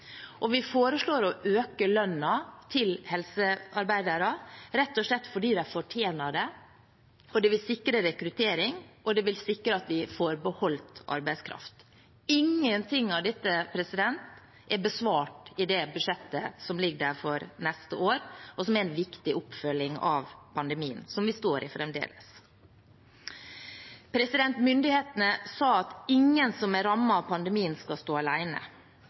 og vi foreslår å øke lønnen til helsearbeidere, rett og slett fordi de fortjener det. Det vil sikre rekruttering, og det vil sikre at vi får beholde arbeidskraft. Ingenting av dette er besvart i det budsjettet som ligger der for neste år, og som er en viktig oppfølging av pandemien, som vi står i fremdeles. Myndighetene sa at ingen som er rammet av pandemien, skal stå